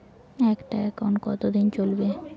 একটা একাউন্ট কতদিন চলিবে?